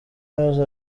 maze